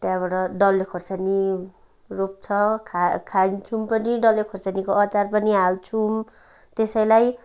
त्यहाँबाट डल्ले खोर्सानी रोप्छ खा खान्छौँ पनि डल्ले खोर्सानीको अचार पनि हाल्छौँ त्यसैलाई